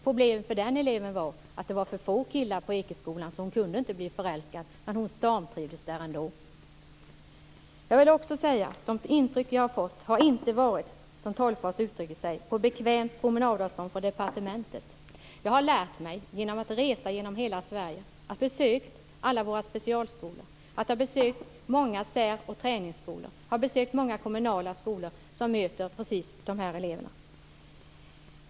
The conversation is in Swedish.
Problemet för den eleven var att det var för få killar på Ekeskolan, så hon kunde inte bli förälskad. Men hon stormtrivdes där ändå. Jag vill också säga att de intryck som jag har fått inte har varit, som Sten Tolgfors uttrycker sig, på bekvämt promenadavstånd från departementet. Jag har lärt mig genom att resa genom hela Sverige. Jag har besökt alla våra specialskolor, många sär och träningsskolor och många kommunala skolor som möter precis de här eleverna.